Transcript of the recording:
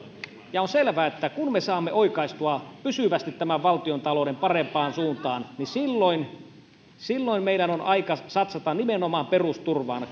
ja on selvää että kun me saamme oikaistua pysyvästi valtiontalouden parempaan suuntaan niin silloin silloin meidän on aika satsata nimenomaan perusturvaan